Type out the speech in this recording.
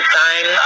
time